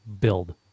build